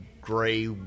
gray